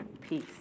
peace